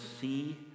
see